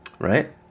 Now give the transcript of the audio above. Right